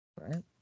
right